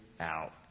out